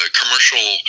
commercial